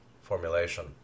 formulation